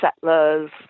settlers